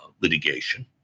litigation